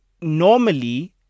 normally